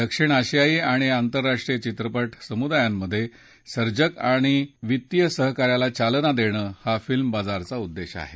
दक्षिण आशियाई आणि आंतरराष्ट्रीय चित्रपट समुदायांमधे सर्जक आणि वित्तीय सहकार्याला चालना देणं हा फिल्म बाजार चा उद्देश आहे